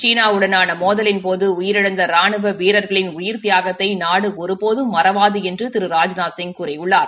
சீனா வுடனான மோதலின்போது உயிரிழந்த ரானுவ வீரா்களின் உயிர் தியாகத்தை நாடு ஒருபோதும் மறவாது என்று திரு ராஜ்நாத்சிங் கூறியுள்ளார்